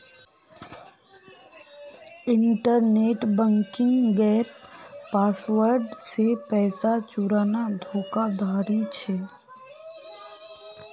internet बन्किंगेर password से पैसा चुराना धोकाधाड़ी छे